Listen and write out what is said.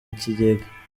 ikigega